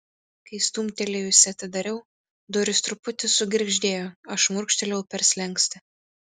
kai stumtelėjusi atidariau durys truputį sugirgždėjo aš šmurkštelėjau per slenkstį